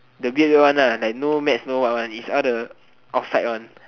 the weird weird one lah like no maths no other one like this all the outside one